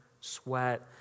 sweat